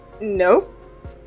nope